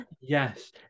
Yes